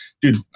dude